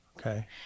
Okay